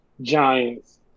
Giants